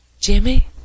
Jimmy